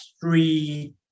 three